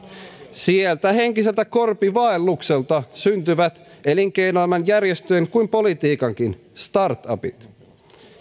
sieltä henkiseltä korpivaellukselta syntyvät niin elinkeinoelämän järjestöjen kuin politiikankin startupit